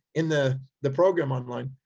in the the program online,